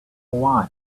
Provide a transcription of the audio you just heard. why